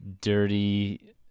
dirty